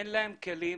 אין להם כלים